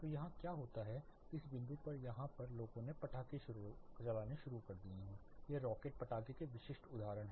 तो यहाँ क्या होता है इस बिंदु पर यहाँ पर लोगों ने पटाखे चलाने शुरू कर दिए ये रॉकेट पटाखे के विशिष्ट उदाहरण हैं